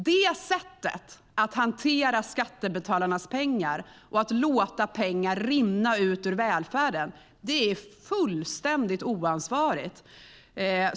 Det sättet att hantera skattebetalarnas pengar och att låta pengar rinna ut ur välfärden är fullständigt oansvarigt.